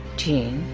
gene,